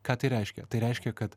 ką tai reiškia tai reiškia kad